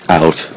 out